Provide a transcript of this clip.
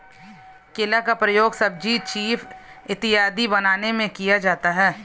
केला का प्रयोग सब्जी चीफ इत्यादि बनाने में किया जाता है